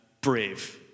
brave